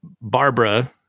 barbara